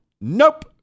nope